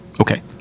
okay